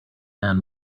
man